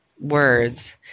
words